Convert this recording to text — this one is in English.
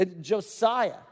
Josiah